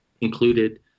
included